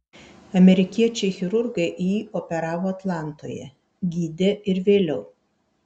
amerikiečiai chirurgai jį operavo atlantoje gydė ir vėliau